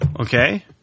Okay